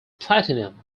platinum